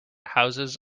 houses